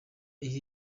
ihe